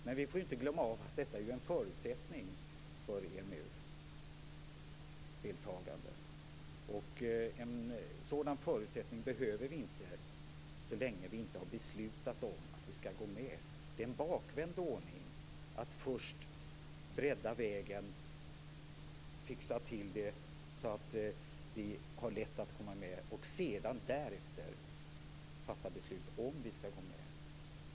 Men vi får inte glömma att detta ju är en förutsättning för EMU deltagande, och en sådan förutsättning behöver vi inte så länge vi inte har beslutat om att vi skall gå med. Det är en bakvänd ordning att först bredda vägen och fixa till så att vi har lätt att komma med och sedan, därefter, fatta beslut om ifall vi skall gå med.